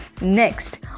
Next